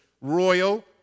royal